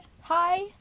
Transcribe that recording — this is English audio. Hi